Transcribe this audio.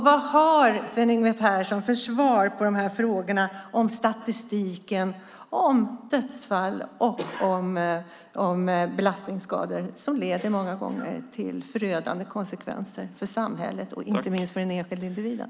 Vad har Sven Yngve Persson för svar på de här frågorna om statistiken och om dödsfall och belastningsskador som många gånger leder till förödande konsekvenser för samhället och inte minst för den enskilda individen?